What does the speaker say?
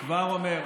אני כבר אומר,